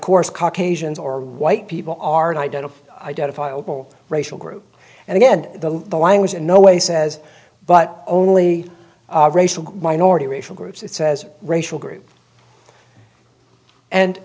course caucasians or white people are an identity identifiable racial group and again the the language in no way says but only racial minority racial groups it says racial group and